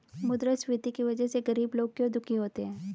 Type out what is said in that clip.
मुद्रास्फीति की वजह से गरीब लोग क्यों दुखी होते हैं?